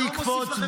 אל תקפוץ.